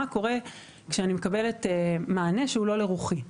מה קורה כשאני מקבלת מענה שהוא לא לרוחי.